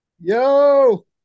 Yo